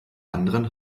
anderen